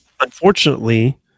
Unfortunately